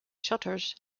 shutters